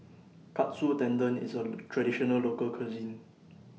Katsu Tendon IS A Traditional Local Cuisine